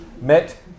met